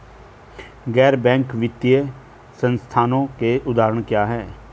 गैर बैंक वित्तीय संस्थानों के उदाहरण क्या हैं?